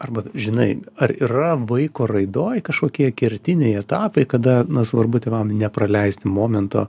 arba žinai ar yra vaiko raidoj kažkokie kertiniai etapai kada na svarbu tėvam nepraleisti momento